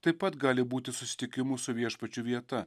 taip pat gali būti susitikimų su viešpačiu vieta